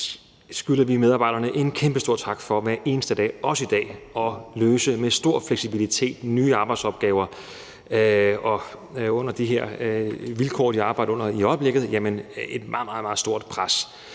skylder vi medarbejderne en kæmpestor tak for hver eneste dag, også i dag, at løse med stor fleksibilitet. Der er nye arbejdsopgaver. Og under de her vilkår, de arbejder under i øjeblikket, er det et meget, meget stort pres.